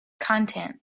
content